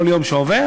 כל יום שעובר,